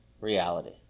reality